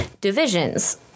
divisions